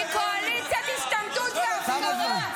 --- שאתם חלק מקואליציית השתמטות והפקרה,